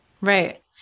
Right